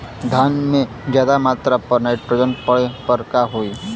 धान में ज्यादा मात्रा पर नाइट्रोजन पड़े पर का होई?